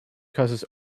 causes